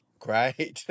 Great